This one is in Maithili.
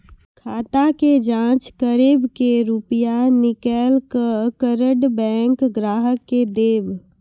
खाता के जाँच करेब के रुपिया निकैलक करऽ बैंक ग्राहक के देब?